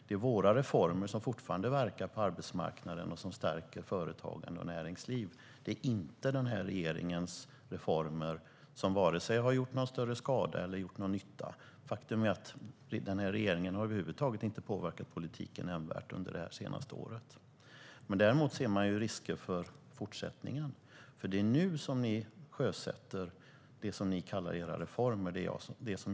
Det är våra reformer som fortfarande verkar på arbetsmarknaden och stärker företagen och näringslivet. Den här regeringens reformer har inte gjort vare sig någon större skada eller nytta. Faktum är att den här regeringen inte har påverkat politiken nämnvärt över huvud taget under det senaste året. Däremot ser man risker med hur det blir i fortsättningen. Det är nu som ni sjösätter det som ni kallar era reformer.